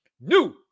New